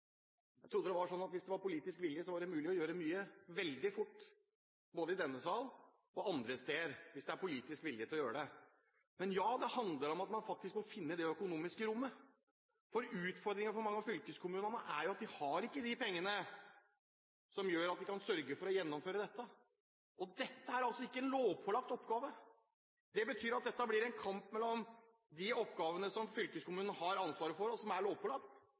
Jeg trodde det var sånn at hvis det var politisk vilje til å gjøre det, var det mulig å gjøre mye veldig fort – både i denne sal og andre steder. Men ja, det handler om at man faktisk må finne det økonomiske rommet, for utfordringen for mange av fylkeskommunene er jo at de ikke har de pengene som gjør at de kan sørge for å gjennomføre dette. Dette er altså ikke en lovpålagt oppgave. Det betyr at dette blir en kamp mellom de oppgavene som fylkeskommunen har ansvaret for, og som er